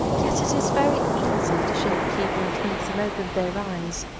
yet it is very easy to shake people and make them open their eyes.